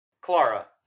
Clara